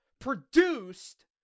produced